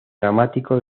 dramático